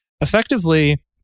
effectively